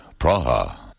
Praha